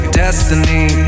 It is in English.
destiny